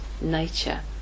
nature